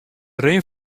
rin